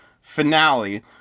finale